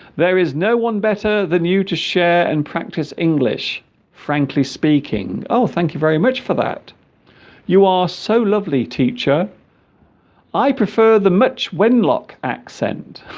there is no one better than you to share and practice english frankly speaking oh thank you very much for that you are so lovely teacher i prefer the much wenlock accent